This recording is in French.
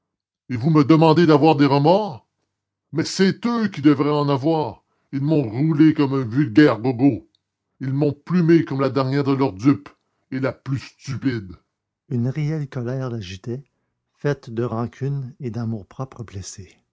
et vous me demandez d'avoir des remords mais c'est eux qui devraient en avoir ils m'ont roulé comme un vulgaire gogo ils m'ont plumé comme la dernière de leurs dupes et la plus stupide une réelle colère l'agitait faite de rancune et d'amour-propre blessé